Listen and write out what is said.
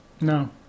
No